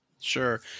Sure